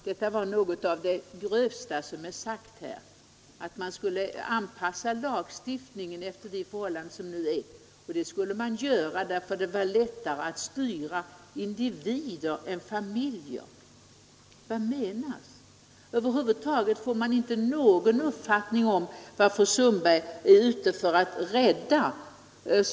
Herr talman! Detta var verkligen något av det grövsta som sagts här, att lagstiftningen skall anpassas efter de förhållanden som nu råder därför att det är lättare att styra individer än familjer. Vad menas? Man får över huvud taget ingen uppfattning om vad fru Sundberg är ute efter och vill rädda.